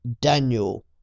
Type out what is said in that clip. Daniel